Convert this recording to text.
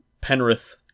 Penrith